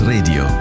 Radio